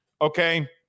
Okay